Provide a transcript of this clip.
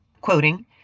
Quoting